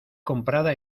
comprada